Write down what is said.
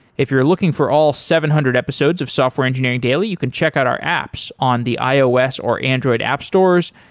if you're looking for all seven hundred episodes of software engineering daily, you can check out our apps on the ios or android app stores.